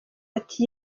ati